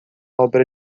obra